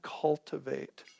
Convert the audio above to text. cultivate